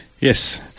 Yes